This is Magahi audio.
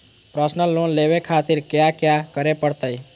पर्सनल लोन लेवे खातिर कया क्या करे पड़तइ?